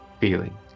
feeling